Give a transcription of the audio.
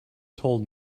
told